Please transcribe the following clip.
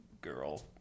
girl